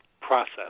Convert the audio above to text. process